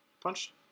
Punched